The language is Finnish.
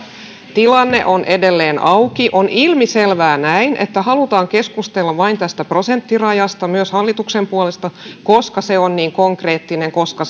tilanne on edelleen auki on ilmiselvää että halutaan keskustella vain tästä prosenttirajasta myös hallituksen puolelta koska se on niin konkreettinen ja koska